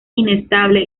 inestable